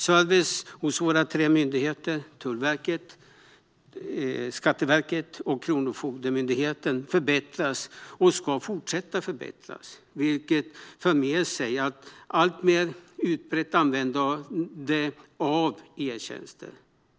Servicen hos våra tre myndigheter Tullverket, Skatteverket och Kronofogdemyndigheten förbättras och ska fortsätta förbättras, vilket för med sig ett alltmer utbrett användande av e-tjänster.